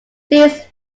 these